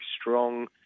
strong